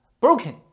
broken